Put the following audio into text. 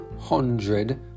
hundred